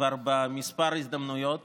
כבר בכמה הזדמנויות